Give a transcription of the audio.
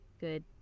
Good